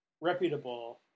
reputable